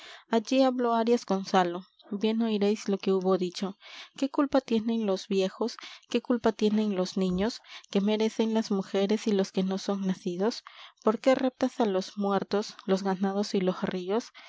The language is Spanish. allí habló arias gonzalo bien oiréis lo que hubo dicho qué culpa tienen los viejos qué culpa tienen los niños qué merescen las mujeres y los que no son nascidos por qué reptas á los muertos los ganados y los ríos